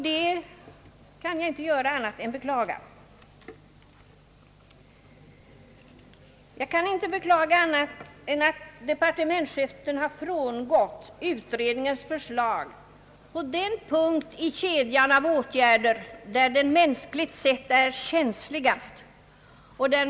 Jag kan inte annat än beklaga att departementschefen har frångått utredningens för slag på den punkt i kedjan av åtgärder som mänskligt sett är känsligast.